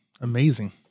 Amazing